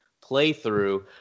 playthrough